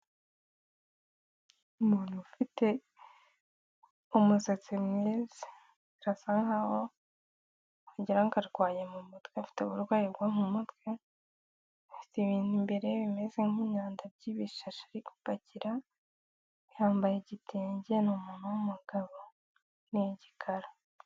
Umuntu ufite umusatsi mwiza birasa nkaho wagira ngo arwaye mu mutwe, afite uburwayi bwo mu mutwe, afite ibintu imbere bimeze nk'imyanda by'ibishashi arimo gupakira, yambaye igitenge ni umuntu w'umugabo, ni igikara.